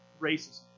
racism